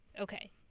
Okay